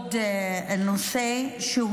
לעוד נושא, שהוא